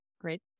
great